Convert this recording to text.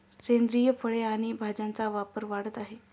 सेंद्रिय फळे आणि भाज्यांचा व्यापार वाढत आहे